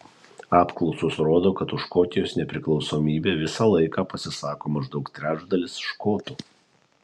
apklausos rodo kad už škotijos nepriklausomybę visą laiką pasisako maždaug trečdalis škotų